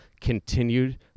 continued